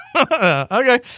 Okay